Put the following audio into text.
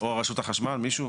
או רשות החשמל, מישהו.